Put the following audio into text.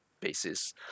basis